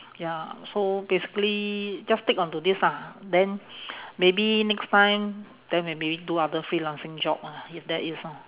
ya so basically just stick onto this lah then maybe next time then maybe do other freelancing job lah if there is ah